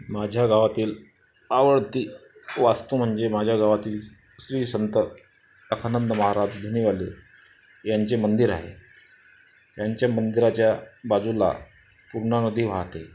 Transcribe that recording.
माझ्या गावातील आवडती वास्तू म्हणजे माझ्या गावातील श्री संत अक्कानंद महाराज धुनीवाले ह्यांचे मंदिर आहे त्यांच्या मंदिराच्या बाजूला पूर्णा नदी वाहते